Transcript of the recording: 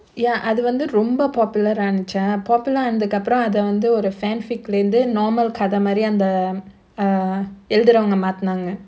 ya அது வந்து ரொம்ப:athu vanthu romba popular இருந்துச்சா:irunthuchaa popular அதுக்கப்பறம் அத வந்து ஒரு:athukkapparam atha vanthu oru fan fic இருந்து:irunthu normal கதமாரி அந்த:kathamaari antha err எழுதுறவங்க மாத்துனாங்க:eluthuravanga maathunaanga